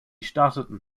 starteten